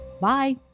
Bye